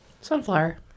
sunflower